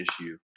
issue